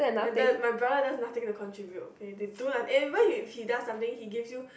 my br~ my brother does nothing to contribute okay they do whenever he does something he give you